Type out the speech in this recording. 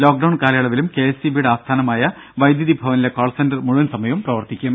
lockdown കാലയളവിലും K S E ബിയുടെ ആസ്ഥാനമായ വൈദ്യുതി ഭവനിലെ കാൾ സെന്റർ മുഴുവൻ സമയവും പ്രവർത്തിക്കും